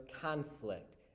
conflict